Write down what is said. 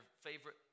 favorite